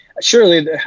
surely